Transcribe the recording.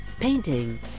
painting